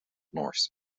norse